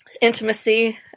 intimacy